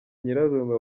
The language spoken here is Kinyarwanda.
nyirarume